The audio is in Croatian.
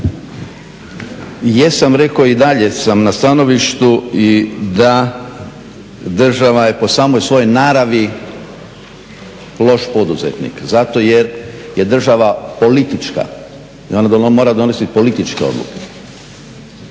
Jesam rekao i dalje sam na stanovištu da država je po samoj svojoj naravi loš poduzetnik zato jer je država politička i ona mora donositi političke odluke.